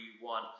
one